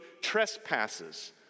trespasses